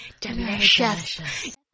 delicious